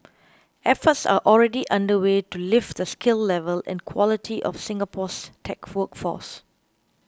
efforts are already underway to lift the skill level and quality of Singapore's tech workforce